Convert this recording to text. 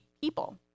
people